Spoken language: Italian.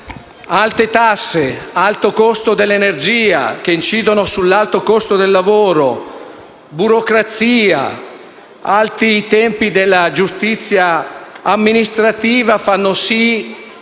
alte tasse e l'alto costo dell'energia incidono sull'alto costo del lavoro e la burocrazia e i lunghi tempi della giustizia amministrativa fanno sì